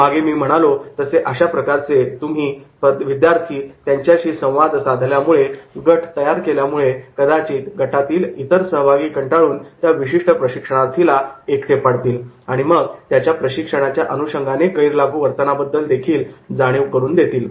मागे मी जसे म्हणालो तसेअशा प्रकारे तुम्ही त्यांच्याशी संवाद साधल्यामुळे गट तयार केल्यामुळे कदाचित गटातील इतर सहभागी कंटाळून त्या विशिष्ट प्रशिक्षणार्थीला एकटे पाडतील आणि मग त्याच्या प्रशिक्षणाच्या अनुषंगाने गैरलागू वर्तनाबद्दल जाणीव करून देतील